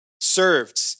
served